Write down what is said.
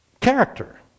character